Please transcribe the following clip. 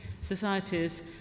societies